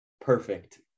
perfect